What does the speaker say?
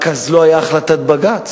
רק אז לא היתה החלטת בג"ץ.